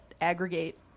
aggregate